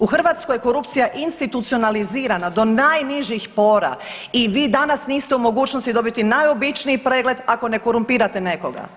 U Hrvatskoj je korupcija institucionalizirana do najnižih pora i vi danas niste u mogućnosti dobiti najobičniji pregled ako ne korumpirate nekoga.